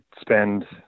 spend